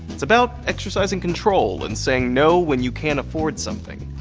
it's about exercising control and saying no when you can't afford something,